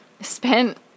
spent